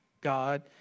God